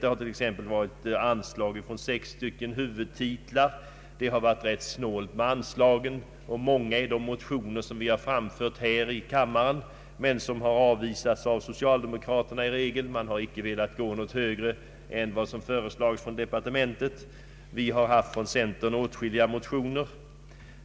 Det har t.ex. kommit anslag från sex huvudtitlar, det har varit rätt snålt med anslagen, och många är de motioner som vi framfört här i kammaren men som i regel avvisats av socialdemokraterna. Man har inte velat gå högre än vad som föreslagits från departementet. Vi i centern har haft åtskilliga motioner.